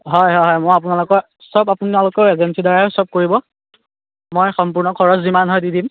হয় হয় হয় মই আপোনালোকৰ চব আপোনাকোৰ এজেন্সিৰদ্বাৰাই চব কৰিব মই সম্পূৰ্ণ খৰচ যিমান হয় দি দিম